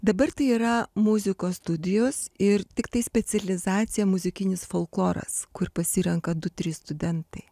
dabar tai yra muzikos studijos ir tiktai specializacija muzikinis folkloras kur pasirenka du trys studentai